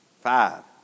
five